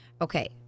Okay